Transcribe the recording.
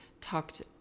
talked